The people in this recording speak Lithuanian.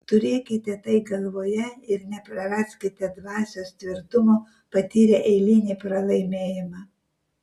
turėkite tai galvoje ir nepraraskite dvasios tvirtumo patyrę eilinį pralaimėjimą